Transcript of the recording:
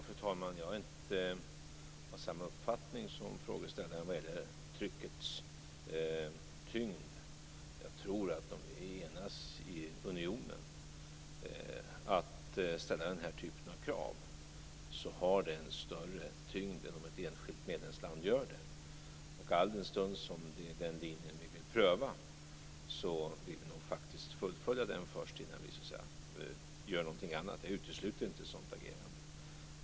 Fru talman! Jag är inte av samma uppfattning som frågeställaren vad gäller tryckets tyngd. Om vi enas i unionen om att ställa denna typ av krav tror jag att det har en större tyngd än om ett enskilt medlemsland gör det. Alldenstund som det är den linjen vi vill pröva vill vi nog faktiskt fullfölja den innan vi gör någonting annat. Jag utesluter inte ett sådant agerande.